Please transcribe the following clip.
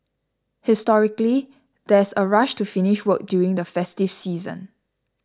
historically there's a rush to finish work during the festive season